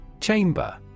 Chamber